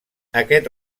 aquest